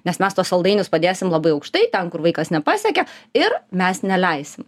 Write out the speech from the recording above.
nes mes tuos saldainius padėsim labai aukštai ten kur vaikas nepasekia ir mes neleisim